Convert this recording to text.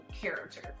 character